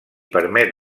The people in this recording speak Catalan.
permet